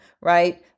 right